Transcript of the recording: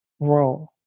Role